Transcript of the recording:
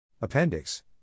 Appendix